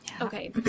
Okay